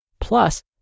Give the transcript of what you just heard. plus